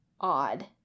odd